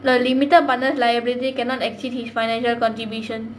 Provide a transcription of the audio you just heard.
the limited partners liability cannot exceed his financial contribution